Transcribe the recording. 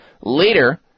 later